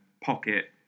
pocket